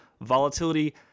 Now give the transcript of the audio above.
Volatility